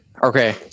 Okay